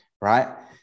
right